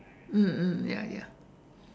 mm mm ya ya